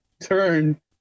turn